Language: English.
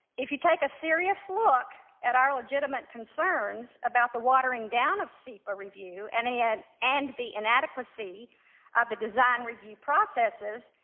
if you take a serious look at our legitimate concerns about the watering down of sepa review, and and yeah and the inadequacy of the design review processes,